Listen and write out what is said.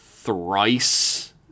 Thrice